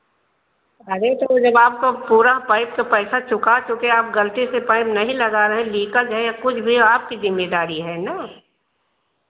अरे तो जब आपका पूरा पाइप का पैसा चुका चुके आप गलती से पाइप नहीं लगा रहे लीकेज है या कुछ भी हो आपको ज़िम्मेदारी है ना